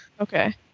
Okay